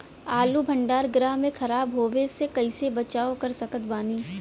आलू भंडार गृह में खराब होवे से कइसे बचाव कर सकत बानी?